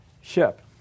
Ship